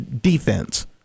defense